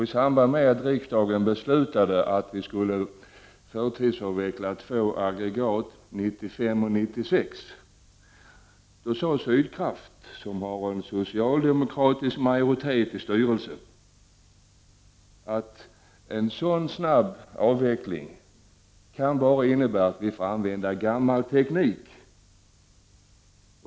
I samband med att riksdagen beslutade att vi skulle förtidsavveckla två aggregat 1995 och 1996 sade styrelsen för Sydkraft, som har en socialdemokratisk majoritet i styrelsen, att en snabbavveckling bara kan innebära att vi får använda gammal teknik.